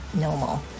normal